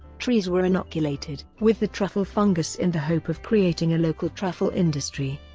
trees were inoculated with the truffle fungus in the hope of creating a local truffle industry.